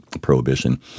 prohibition